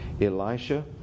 Elisha